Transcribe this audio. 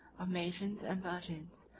of matrons and virgins,